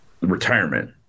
retirement